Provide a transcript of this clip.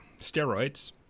steroids